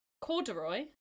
corduroy